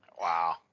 Wow